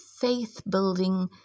faith-building